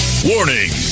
Warning